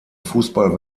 fußball